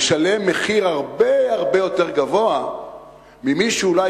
משלם מחיר הרבה הרבה יותר גבוה ממה שאולי